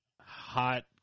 hot